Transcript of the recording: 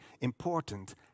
important